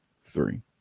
three